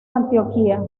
antioquía